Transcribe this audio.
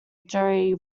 jury